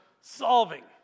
solving